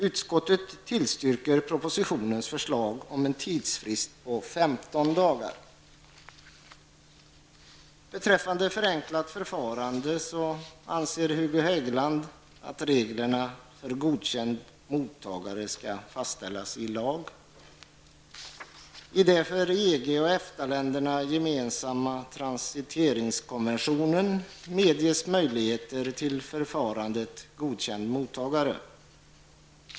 Utskottet tillstyrker propositionens förslag om en tidsfrist på 15 dagar. Hegeland att reglerna för godkänd mottagare skall fastställas i lag. I den för EG och EFTA-länderna gemensamma transiteringskonventionen medges förfarandet ''godkänd mottagare''.